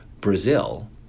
Brazil